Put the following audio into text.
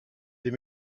des